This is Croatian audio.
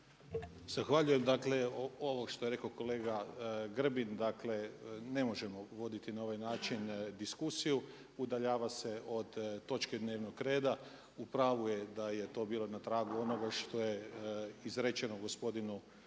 Zahvaljujem. Ovo što je rekao kolega Grbin dakle ne možemo voditi na ovaj način diskusiju, udaljava se od točke dnevnog reda. U pravu je da je to bilo na tragu onoga što je izrečeno gospodinu